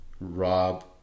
Rob